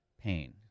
pain